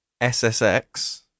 SSX